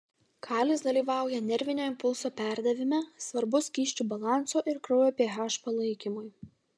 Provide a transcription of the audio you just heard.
kalis dalyvauja nervinio impulso perdavime svarbus skysčių balanso ir kraujo ph palaikymui